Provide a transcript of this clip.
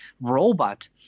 Robot